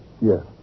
Yes